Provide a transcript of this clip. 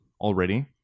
already